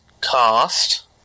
cast